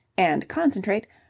and concentrate.